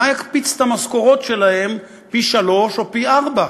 מה יקפיץ את המשכורות שלהם פי-שלושה או פי-ארבעה?